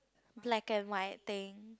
black and white thing